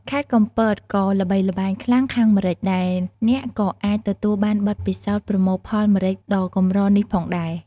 ខេត្តកំពតក៏ល្បីល្បាញខ្លាំងខាងម្រេច ដែលអ្នកក៏អាចទទួលបានបទពិសោធន៍ប្រមូលផលម្រេចដ៏កម្រនេះផងដែរ។